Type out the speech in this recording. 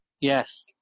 Yes